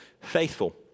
faithful